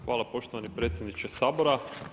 Hvala poštovani predsjedniče Sabora.